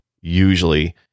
usually